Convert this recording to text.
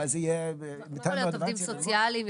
יכולים להיות עובדים סוציאליים.